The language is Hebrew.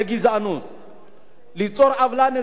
ליצור עוולה נזיקית של הסתה גזענית,